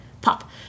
pop